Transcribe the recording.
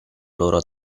loro